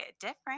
different